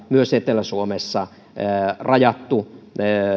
myös etelä suomessa pitäisi sallia rajattu